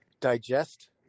digest